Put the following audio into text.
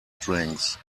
drinks